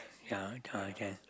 ya uh I guess